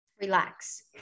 Relax